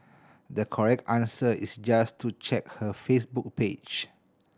the correct answer is just to check her Facebook page